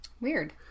Weird